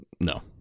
No